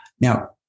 Now